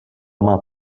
ama